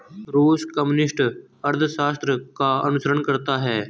रूस कम्युनिस्ट अर्थशास्त्र का अनुसरण करता है